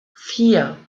vier